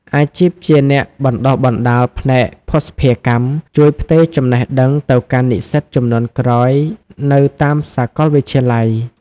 អាជីពជាអ្នកបណ្តុះបណ្តាលផ្នែកភស្តុភារកម្ម ជួយផ្ទេរចំណេះដឹងទៅកាន់និស្សិតជំនាន់ក្រោយនៅតាមសាកលវិទ្យាល័យ។